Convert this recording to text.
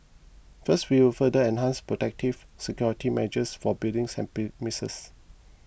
first we will further enhance protective security measures for buildings and premises